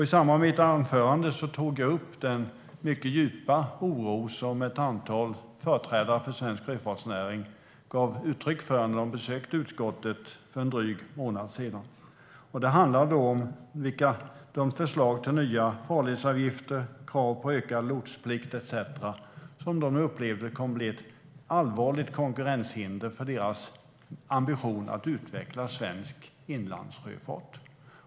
I samband med mitt anförande tog jag upp den mycket djupa oro som ett antal företrädare för svensk sjöfartsnäring gav uttryck för när de besökte utskottet för en dryg månad sedan. Det handlade då om förslag till nya farledsavgifter, krav på ökad lotsplikt etcetera, som de upplevde kommer att bli ett allvarligt konkurrenshinder för deras ambition att utveckla svensk inlandssjöfart.